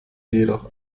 jedoch